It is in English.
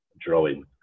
drawing